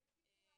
אותן.